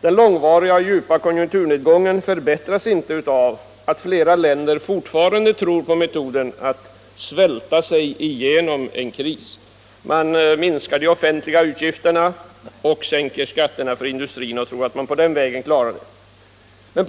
Den långvariga och djupa konjunkturnedgången förbättras inte av att flera länder fortfarande tror på metoden att ”svälta” sig genom krisen. Man minskar de offentliga utgifterna, sänker skatterna för industrin och tror att man på den vägen löser problemen.